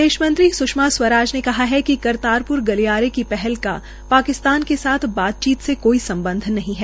विदेश मंत्री सुषमा स्वराज ने कहा है कि करतार प्र गलियारे की पहल का पाकिस्तान के साथ बातचीत से कोई समबध नहीं है